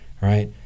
right